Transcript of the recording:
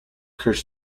kurt